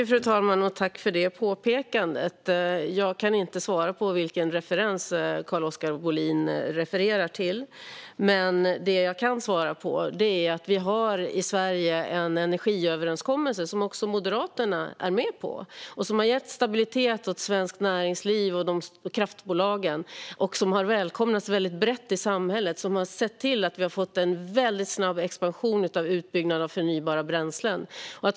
Fru talman! Tack för det påpekandet! Jag kan inte svara på vad Carl-Oskar Bohlin refererar till. Men det svar jag kan ge är att vi i Sverige har en energiöverenskommelse, som också Moderaterna är med på, som har gett stabilitet åt svenskt näringsliv och kraftbolagen och har välkomnats väldigt brett i samhället. Överenskommelsen har sett till att vi har fått en väldigt snabb expansion när det gäller förnybara bränslen.